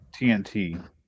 TNT